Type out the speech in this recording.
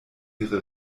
ihre